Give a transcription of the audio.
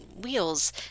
wheels